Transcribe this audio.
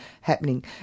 happening